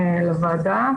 לוועדה.